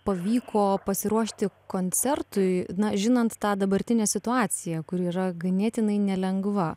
pavyko pasiruošti koncertui na žinant tą dabartinę situaciją kuri yra ganėtinai nelengva